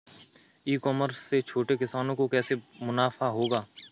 ई commerce से छोटे किसानों को कैसे मुनाफा होगा?